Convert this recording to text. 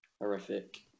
horrific